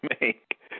make